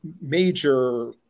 major